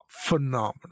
phenomenal